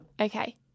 Okay